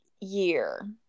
year